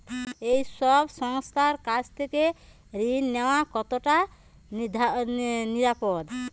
এই সব সংস্থার কাছ থেকে ঋণ নেওয়া কতটা নিরাপদ?